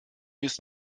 ist